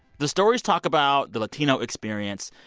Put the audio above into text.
the stories talk about the latino experience,